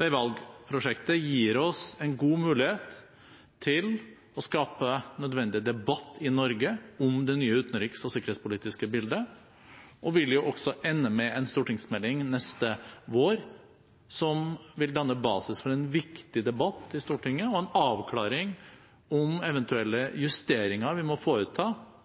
Veivalg-prosjektet gir oss en god mulighet til å skape nødvendig debatt i Norge om det nye utenriks- og sikkerhetspolitiske bildet. Det vil også ende med en stortingsmelding neste vår, som vil danne basis for en viktig debatt i Stortinget og en avklaring om eventuelle justeringer vi må foreta